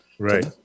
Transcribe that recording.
Right